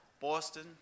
Boston